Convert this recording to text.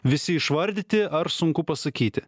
visi išvardyti ar sunku pasakyti